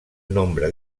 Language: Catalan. nombre